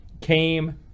came